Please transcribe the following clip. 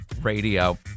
Radio